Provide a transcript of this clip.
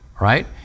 right